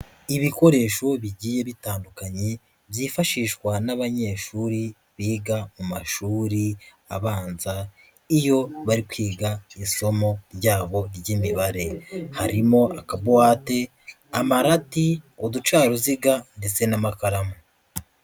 Ibikoresho bigiye bitandukanye, byifashishwa n'abanyeshuri biga mu mashuri abanza, iyo bari kwiga isomo ryabo ry'imibare. Harimo akabowate, amarati, uducaruziga ndetse n'amakaramu.